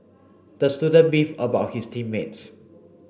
the student beefed about his team mates